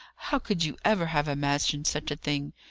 how could you ever have imagined such a thing?